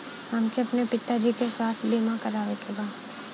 हमके अपने पिता जी के स्वास्थ्य बीमा करवावे के बा?